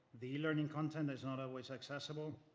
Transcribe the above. the e-learning content is not always accessible.